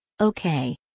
Okay